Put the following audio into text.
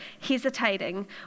hesitating